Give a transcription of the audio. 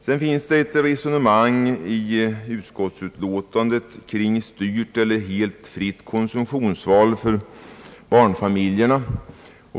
I utskottsutlåtandet finns ett resonemang kring styrt eller helt fritt konsumtionsval för barnfamiljerna.